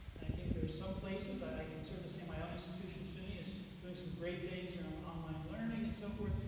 and i think there are some places i can certainly see my own institution, suny, is doing some great things around online learning and so forth.